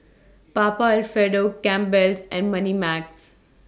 Papa Alfredo Campbell's and Moneymax